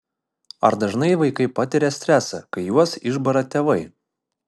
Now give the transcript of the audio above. ar dažnai vaikai patiria stresą kai juos išbara tėvai